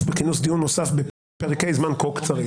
בכינוס דיון נוסף פרקי זמן כה קצרים.